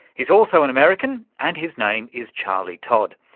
he's also an american and his name is charlie todd.